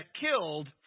killed